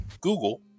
Google